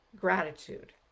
gratitude